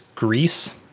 grease